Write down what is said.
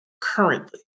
currently